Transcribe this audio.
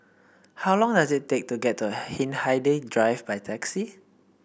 how long does it take to get to Hindhede Drive by taxi